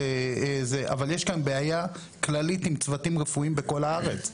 אבל יש פה בעיה כללית עם צוותים רפואיים בכל הארץ.